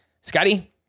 Scotty